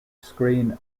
screen